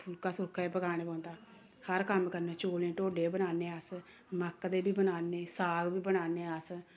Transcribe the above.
फुलका शुलका बी पकाने पौंदा हर कम्म करने चौलें दे ढोड्ढे बनाने आं अस मक्क दे बी बनाने साग बी बनाने अस